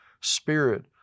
spirit